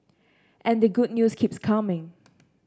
and the good news keeps coming